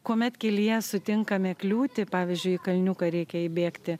kuomet kelyje sutinkame kliūtį pavyzdžiui į kalniuką reikia įbėgti